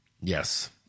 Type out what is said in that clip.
Yes